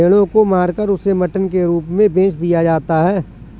भेड़ों को मारकर उसे मटन के रूप में बेच दिया जाता है